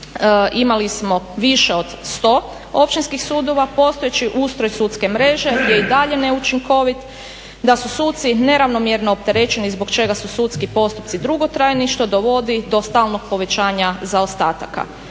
imali smo više od 100 općinskih sudova, postojeći ustroj sudske mreže je i dalje neučinkovit, da su suci neravnomjerno opterećeni zbog čega su sudski postupci dugotrajni što dovodi do stalnog povećanja zaostataka.